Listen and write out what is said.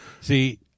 See